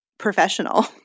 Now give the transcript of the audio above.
professional